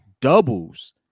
doubles